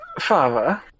Father